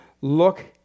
look